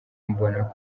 mbona